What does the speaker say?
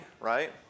right